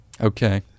okay